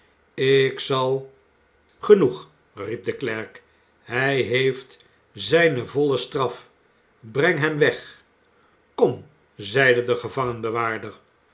ik zal genoeg riep de klerk hij heeft zijne volle straf breng hem weg kom zeide de